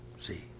See